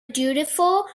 dutiful